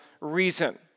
reason